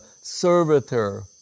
servitor